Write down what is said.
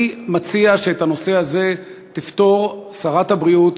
אני מציע שאת הנושא הזה תפתור שרת הבריאות.